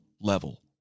level